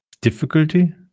difficulty